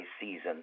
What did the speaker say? season